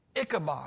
Ichabod